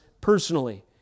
personally